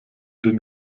den